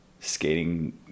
Skating